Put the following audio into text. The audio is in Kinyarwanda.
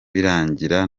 birangira